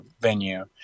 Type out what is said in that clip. venue